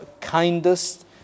kindest